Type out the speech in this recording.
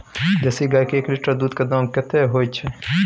देसी गाय के एक लीटर दूध के दाम कतेक होय छै?